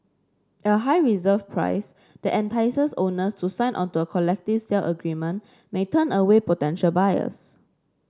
a high reserve price that entices owners to sign onto a collective sale agreement may turn away potential buyers